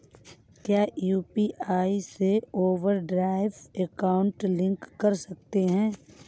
क्या यू.पी.आई से overdraft account link कर सकते हैं?